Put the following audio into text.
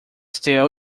still